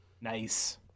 Nice